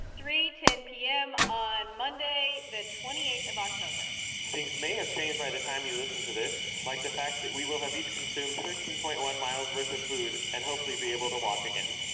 three ten p m. on monday, the twenty eighth of october things may have changed by the time you listen to this, like the fact that we will have each consumed thirteen point one miles worth of food and hopefully be able to walk again.